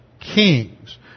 kings